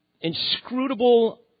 inscrutable